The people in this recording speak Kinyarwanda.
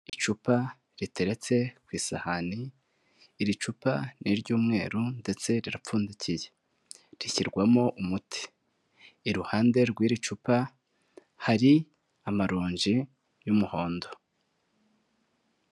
Icupa riteretse ku isahani, iri cupa ni iry'umweru ndetse rirapfundikiye, rishyirwamo umuti, iruhande rw'iri cupa hari amaronji y'umuhondo.